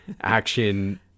action